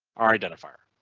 our identifier.